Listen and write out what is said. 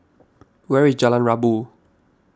where is Jalan Rabu